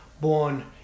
born